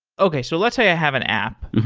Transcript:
okay, so let's say i have an app.